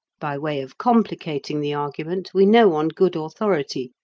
by way of complicating the argument, we know, on good authority,